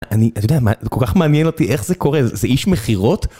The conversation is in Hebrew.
אני, אתה יודע מה, כל כך מעניין אותי איך זה קורה, זה איש מכירות?